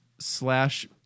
slash